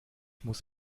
muss